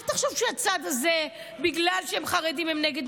אל תחשוב שהצד הזה, בגלל שהם חרדים הם נגד.